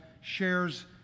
shares